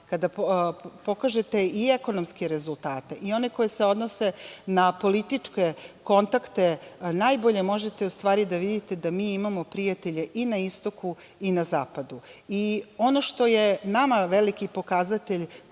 kada pokažete i ekonomske rezultate i one koje se odnose na političke kontakte, najbolje možete u stvari da vidite da mi imamo prijatelje i na istoku i na zapadu. Ono što je nama veliki pokazatelj